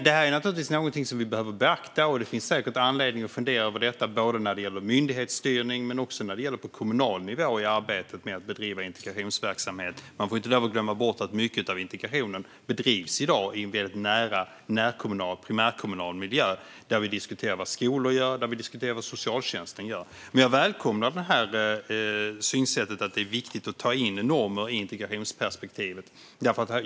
Detta är naturligtvis något som vi behöver beakta, och det finns säkert anledning att fundera över detta både när det gäller myndighetsstyrning och när det gäller den kommunala nivån i arbetet med att bedriva integrationsverksamhet. Man får inte glömma bort att mycket av integrationen i dag bedrivs i primärkommunal miljö, där vi diskuterar vad skolorna och socialtjänsten gör. Men jag välkomnar synsättet att det är viktigt att ta in normer i integrationsperspektivet.